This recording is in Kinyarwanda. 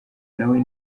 nawe